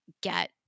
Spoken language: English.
get